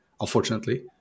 unfortunately